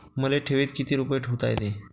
मले ठेवीत किती रुपये ठुता येते?